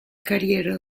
carriera